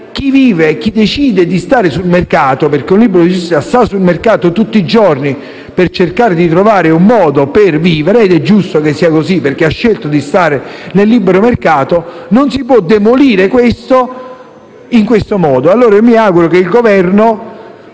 Paese) decidendo di stare sul mercato - perché un libero professionista sta sul mercato tutti i giorni, per cercare di trovare un modo per vivere, ed è giusto che sia così perché ha scelto di stare sul libero mercato - non si può demolire tutto questo, in questo modo. Dunque mi auguro che il Governo